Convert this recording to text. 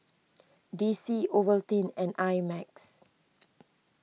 D C Ovaltine and I Max